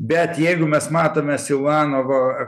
bet jeigu mes matome siluanovo